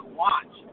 watch